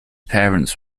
parents